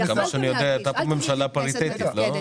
עד כמה שאני יודע היתה פה ממשלה פריטטית, לא?